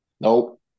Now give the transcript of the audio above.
Nope